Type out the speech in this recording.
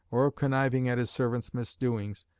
or of conniving at his servants' misdoings,